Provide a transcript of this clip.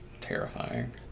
terrifying